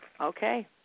Okay